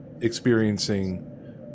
experiencing